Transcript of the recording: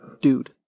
Dude